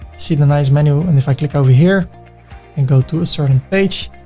see the nice menu. and if i click over here and go to a certain page,